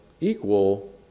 equal